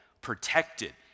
protected